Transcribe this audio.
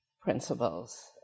principles